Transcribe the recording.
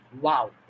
Wow